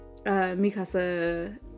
Mikasa